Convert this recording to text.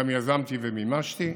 גם יזמתי ומימשתי,